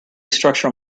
structure